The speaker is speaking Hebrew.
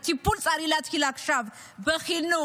הטיפול צריך להתחיל עכשיו, בחינוך.